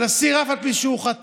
אבל אסיר, אף על פי שהוא חטא,